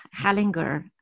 Hellinger